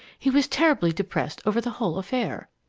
he was terribly depressed over the whole affair.